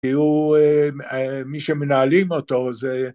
‫יהיו מי שמנהלים אותו, זה...